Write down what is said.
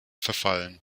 verfallen